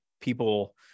people